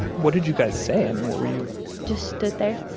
what did you guys say? i mean, what were you just stood there.